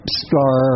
star